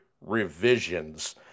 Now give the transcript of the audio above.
revisions